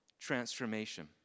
transformation